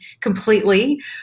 completely